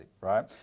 right